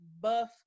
buff